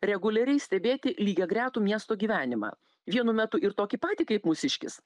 reguliariai stebėti lygiagretų miesto gyvenimą vienu metu ir tokį patį kaip mūsiškis